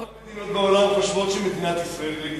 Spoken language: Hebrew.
כמה מדינות בעולם חושבות שמדינת ישראל היא לגיטימית,